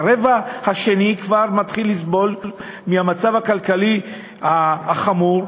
והרבע השני כבר מתחיל לסבול מהמצב הכלכלי החמור,